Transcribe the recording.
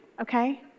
okay